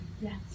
Yes